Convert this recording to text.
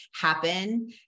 happen